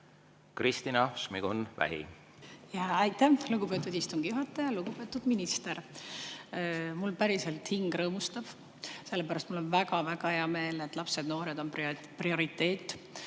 Kristina Šmigun-Vähi. Aitäh, lugupeetud istungi juhataja! Lugupeetud minister! Mul päriselt hing rõõmustab, sellepärast et mul on väga-väga hea meel, et lapsed ja noored on prioriteet.